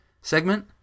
segment